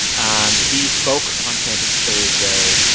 um he spoke on campus thursday.